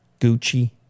Gucci